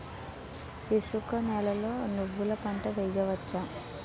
ఇసుక నేలలో నువ్వుల పంట వేయవచ్చా?